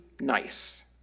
nice